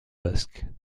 basque